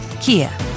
Kia